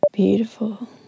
Beautiful